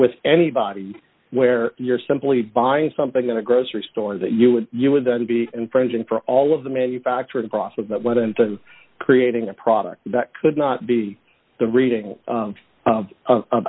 with anybody where you're simply buying something in a grocery store that you would you would then be infringing for all of the manufacturing process that went into creating a product that could not be the reading